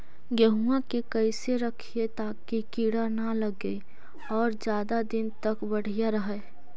गेहुआ के कैसे रखिये ताकी कीड़ा न लगै और ज्यादा दिन तक बढ़िया रहै?